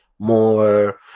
more